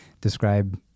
describe